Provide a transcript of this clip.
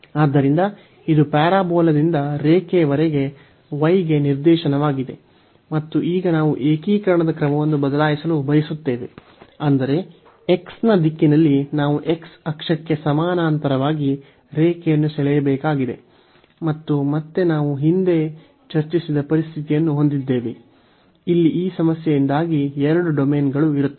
ಆದ್ದರಿಂದ ಇದು ಪ್ಯಾರಾಬೋಲಾದಿಂದ ರೇಖೆಯವರೆಗೆ y ಗೆ ನಿರ್ದೇಶನವಾಗಿದೆ ಮತ್ತು ಈಗ ನಾವು ಏಕೀಕರಣದ ಕ್ರಮವನ್ನು ಬದಲಾಯಿಸಲು ಬಯಸುತ್ತೇವೆ ಅಂದರೆ x ನ ದಿಕ್ಕಿನಲ್ಲಿ ನಾವು x ಅಕ್ಷಕ್ಕೆ ಸಮಾನಾಂತರವಾಗಿ ರೇಖೆಯನ್ನು ಸೆಳೆಯಬೇಕಾಗಿದೆ ಮತ್ತು ಮತ್ತೆ ನಾವು ಈ ಹಿಂದೆ ಚರ್ಚಿಸಿದ ಪರಿಸ್ಥಿತಿಯನ್ನು ಹೊಂದಿದ್ದೇವೆ ಇಲ್ಲಿ ಈ ಸಮಸ್ಯೆಯಿಂದಾಗಿ ಎರಡು ಡೊಮೇನ್ಗಳು ಇರುತ್ತವೆ